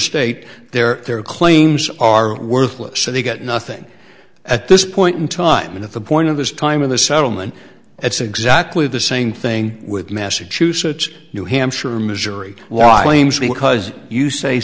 state their their claims are worthless so they get nothing at this point in time and at the point of his time in the settlement it's exactly the same thing with massachusetts new hampshire missouri law aims because you say